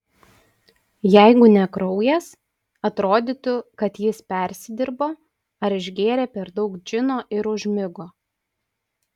jeigu ne kraujas atrodytų kad jis persidirbo ar išgėrė per daug džino ir užmigo